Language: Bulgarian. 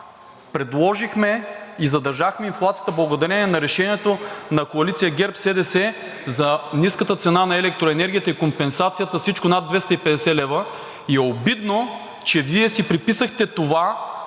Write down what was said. Предложихме и задържахме инфлацията благодарение на решението на Коалиция ГЕРБ-СДС за ниската цена на електроенергията и компенсацията, всичко над 250 лв. И е обидно, че Вие си приписахте това